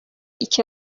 iki